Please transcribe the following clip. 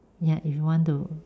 ya if you want to